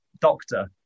doctor